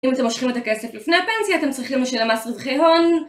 אם אתם מושכים את הכסף לפני הפנסיה, אתם צריכים לשלם מס רווחי הון.